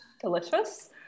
Delicious